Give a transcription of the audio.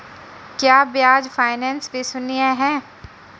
क्या बजाज फाइनेंस विश्वसनीय है?